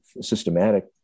systematic